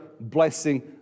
blessing